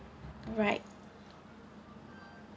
right